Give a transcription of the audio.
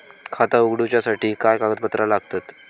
खाता उगडूच्यासाठी काय कागदपत्रा लागतत?